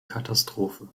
katastrophe